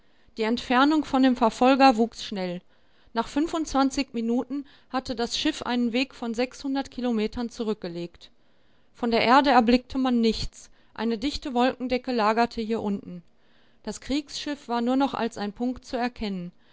die entfernung von dem verfolger wuchs schnell nach fünfundzwanzig minuten hatte das schiff einen weg von kilometern zurückgelegt von der erde erblickte man nichts eine dichte wolkendecke lagerte hier unten das kriegsschiff war nur noch als ein punkt zu erkennen